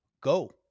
go